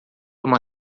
uma